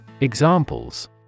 Examples